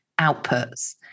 outputs